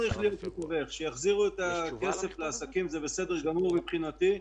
שיחזירו את הכסף לעסקים, זה בסדר גמור מבחינתי.